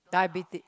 diabetes